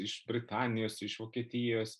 iš britanijos iš vokietijos